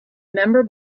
member